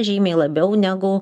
žymiai labiau negu